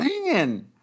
man